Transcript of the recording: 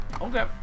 Okay